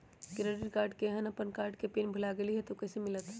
Credit card केहन अपन card के पिन भुला गेलि ह त उ कईसे मिलत?